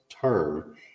term